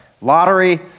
lottery